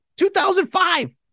2005